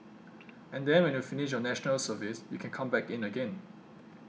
and then when you finish your National Service you can come back in again